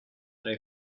dig